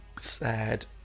sad